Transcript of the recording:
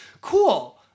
cool